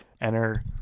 enter